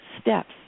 steps